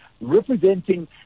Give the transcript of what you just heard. representing